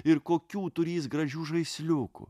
ir kokių turįs gražių žaisliukų